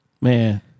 Man